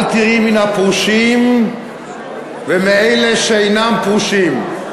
אל תיראי מן הפרושים ומאלה שאינם פרושים,